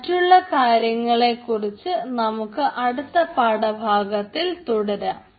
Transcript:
മറ്റുള്ള കാര്യങ്ങളെക്കുറിച്ച് അടുത്ത പാഠഭാഗത്തിൽ തുടരാം